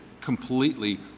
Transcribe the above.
completely